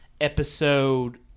episode